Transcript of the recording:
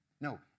No